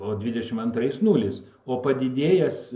o dvidešim antrais nulis o padidėjęs